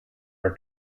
are